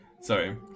Sorry